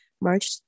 March